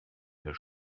der